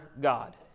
God